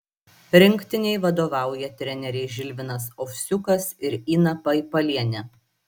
rinktinei vadovauja treneriai žilvinas ovsiukas ir ina paipalienė